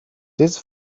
this